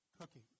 cooking